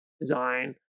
Design